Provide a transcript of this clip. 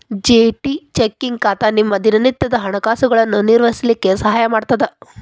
GT checking ಖಾತಾ ನಿಮ್ಮ ದಿನನಿತ್ಯದ ಹಣಕಾಸುಗಳನ್ನು ನಿರ್ವಹಿಸ್ಲಿಕ್ಕೆ ಸಹಾಯ ಮಾಡುತ್ತದೆ